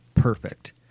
perfect